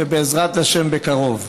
ובעזרת השם בקרוב.